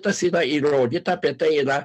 tas yra įrodyta apie tai yra